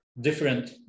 different